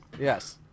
Yes